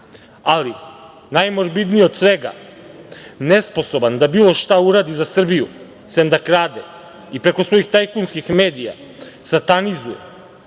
ali najmorbidnije od svega nesposoban da bilo šta uradi za Srbiju sem da krade i preko svojih tajkunskih medija, satanizuje